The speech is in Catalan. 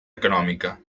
econòmica